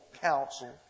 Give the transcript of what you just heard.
counsel